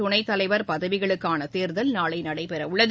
துணைத்தலைவர் பதவிகளுக்கான தேர்தல் நாளை நடைபெறவுள்ளது